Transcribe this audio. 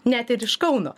net ir iš kauno